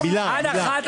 מילה, מילה.